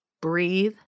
breathe